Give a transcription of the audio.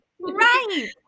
Right